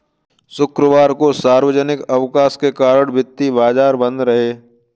शुक्रवार को सार्वजनिक अवकाश के कारण सभी वित्तीय बाजार बंद रहे